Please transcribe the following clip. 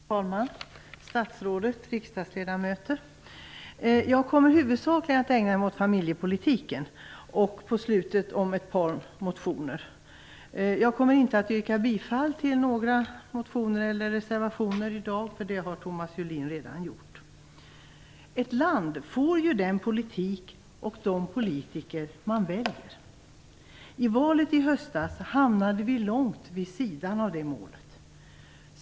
Fru talman! Statsrådet! Riksdagsledamöter! Jag kommer huvudsakligen att tala om familjepolitiken. Avslutningsvis kommer jag att tala om ett par motioner. Jag kommer inte att yrka bifall till några reservationer i dag, eftersom Thomas Julin redan har gjort det. Ett land får ju den politik och de politiker man väljer. I valet i höstas hamnade vi långt vid sidan av det målet.